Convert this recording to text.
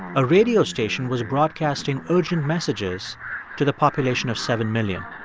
a radio station was broadcasting urgent messages to the population of seven million.